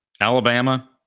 Alabama